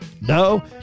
No